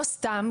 לא סתם.